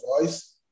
voice